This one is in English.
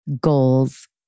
goals